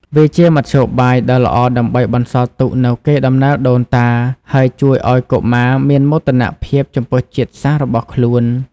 វាជាមធ្យោបាយដ៏ល្អដើម្បីបន្សល់ទុកនូវកេរដំណែលដូនតា ហើយជួយឲ្យកុមារមានមោទនភាពចំពោះជាតិសាសន៍របស់ខ្លួន។